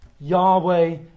Yahweh